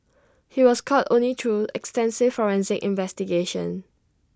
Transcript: he was caught only through extensive forensic investigations